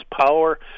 power